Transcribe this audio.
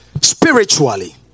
Spiritually